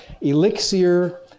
Elixir